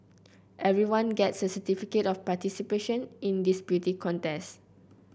everyone gets a certificate of participation in this beauty contest